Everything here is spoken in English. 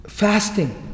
Fasting